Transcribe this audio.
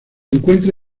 encuentra